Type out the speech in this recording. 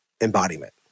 embodiment